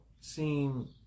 seem